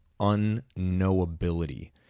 unknowability